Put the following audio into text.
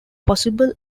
possible